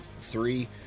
Three